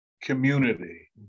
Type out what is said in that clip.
community